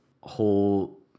whole –